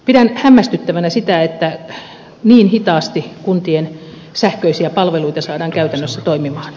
pidän hämmästyttävänä sitä että niin hitaasti kuntien sähköisiä palveluita saadaan käytännössä toimimaan